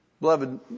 Beloved